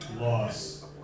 loss